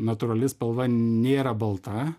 natūrali spalva nėra balta